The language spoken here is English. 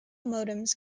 modems